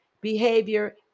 behavior